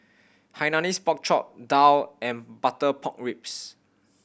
Hainanese Pork Chop daal and butter pork ribs